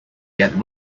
get